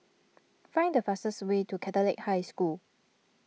find the fastest way to Catholic High School